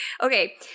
Okay